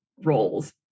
roles